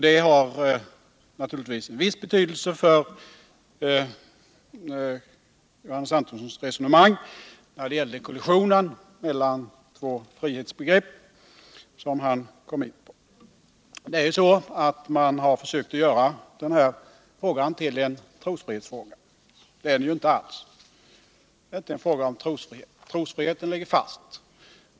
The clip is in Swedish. Det har naturligtvis en viss betydelse för Johannes Antonssons resonemang när det gällde den kollision mellan två frihetsbegrepp som han kom in på. Man har försökt göra den här frågan till en trosfrihetstråga. Det är inte fråga om trosfrihet. Trosfriheten ligger fast.